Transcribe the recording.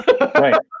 Right